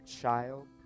child